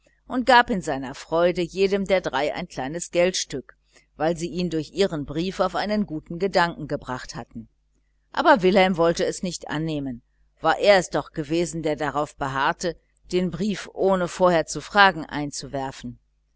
und gab in seiner freude jedem der drei ein kleines geldstück weil sie ihn durch ihren brief auf einen guten gedanken gebracht hatten aber wilhelm wollte es nicht annehmen war er es doch gewesen der darauf beharrt hatte den brief ohne vorher zu fragen einzuwerfen